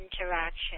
interaction